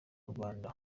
rwanda